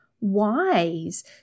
wise